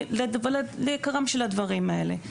לעיקרם של הדברים האלה,